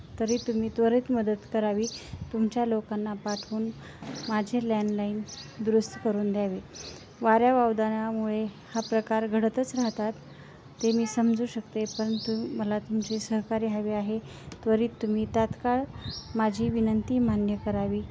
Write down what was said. तरी तुम्ही त्वरित मदत करावी तुमच्या लोकांना पाठवून माझे लँडलाईन दुरुस्त करून द्यावे वाऱ्यावावदानामुळे हा प्रकार घडतच राहतात ते मी समजू शकते परंतु मला तुमचे सहकार्य हवे आहे त्वरित तुम्ही तात्काळ माझी विनंती मान्य करावी